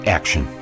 action